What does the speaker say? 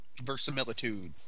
Versimilitude